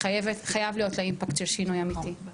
חייב להיות לה אימפקט של שינוי אמיתי.